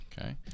Okay